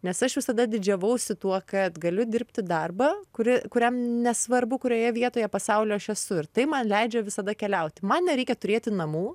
nes aš visada didžiavausi tuo kad galiu dirbti darbą kuri kuriam nesvarbu kurioje vietoje pasaulio aš esu ir tai man leidžia visada keliauti man nereikia turėti namų